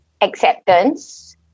acceptance